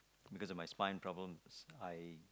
because of my spine problems I